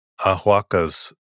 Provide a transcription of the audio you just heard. ahuacas